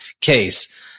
case